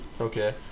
okay